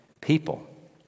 people